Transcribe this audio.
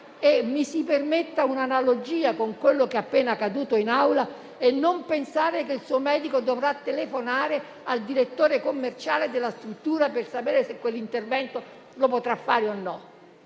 mi si permetta un'analogia con quanto appena accaduto in Aula - non pensare che il suo medico dovrà telefonare al direttore commerciale della struttura per sapere se potrà fare o meno